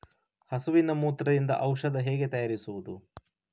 ಹಸುವಿನ ಮೂತ್ರದಿಂದ ಔಷಧ ಹೇಗೆ ತಯಾರಿಸುವುದು?